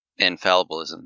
infallibilism